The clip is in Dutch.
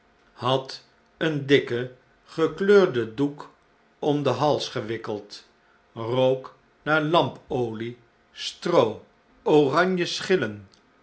had een dikken gekleurden doek om den hah gewikkeld rook naar lampolie stroo oranje